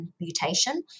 mutation